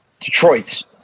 Detroit's